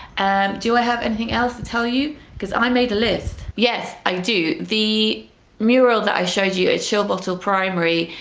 and do i have anything else to tell you, because i made a list. yes i do. the mural that i showed you from shilbottle primary,